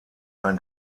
ein